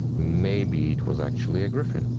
maybe it was actually a griffin?